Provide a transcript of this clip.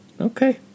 Okay